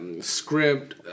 Script